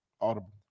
Audible